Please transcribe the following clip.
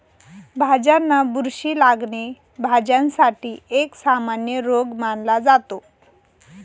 भाज्यांना बुरशी लागणे, भाज्यांसाठी एक सामान्य रोग मानला जातो